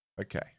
okay